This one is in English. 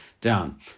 down